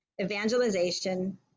evangelization